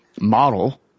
model